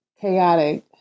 chaotic